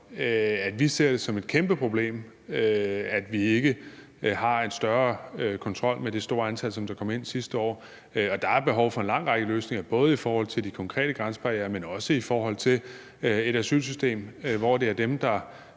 at vi ser det som et kæmpe problem, at vi ikke har en større kontrol med det store antal, der kom ind sidste år, og der er behov for en lang række løsninger, både i forhold til de konkrete grænsebarrierer, men også i forhold til et asylsystem, hvor det ikke er dem, der